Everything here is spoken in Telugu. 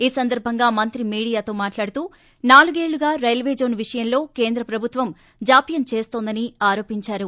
ఈ సందర్బంగా మంత్రి మీడియాతో మాట్లాడుతూ నాలుగేళ్లుగా రైల్వేజోన్ విషయంలో కేంద్రం ప్రభుత్వం జాప్యం చేస్తోందని ఆరోపించారు